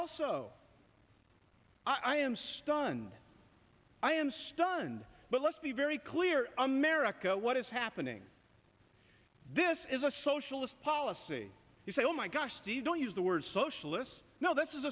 also i am stunned i am stunned but let's be very clear an american what is happening this is a socialist policy you said oh my gosh don't use the word socialist no this is